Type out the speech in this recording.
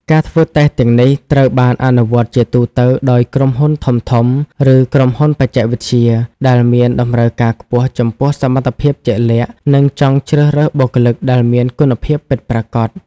ការធ្វើតេស្តទាំងនេះត្រូវបានអនុវត្តជាទូទៅដោយ ក្រុមហ៊ុនធំៗ ឬក្រុមហ៊ុនបច្ចេកវិទ្យា ដែលមានតម្រូវការខ្ពស់ចំពោះសមត្ថភាពជាក់លាក់ និងចង់ជ្រើសរើសបុគ្គលិកដែលមានគុណភាពពិតប្រាកដ។